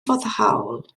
foddhaol